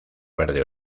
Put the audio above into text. verde